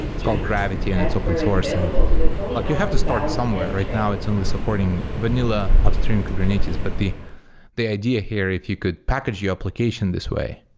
it's called gravity, and it's open source. and like you have to start somewhere. right now it's only supporting vanilla upstream kubernetes, but the the idea here, if you could package your application this way.